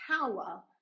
power